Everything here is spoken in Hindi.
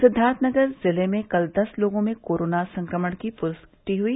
सिद्दार्थनगर जिले में कल दस लोगों में कोरोना संक्रमण की पुष्टि हुई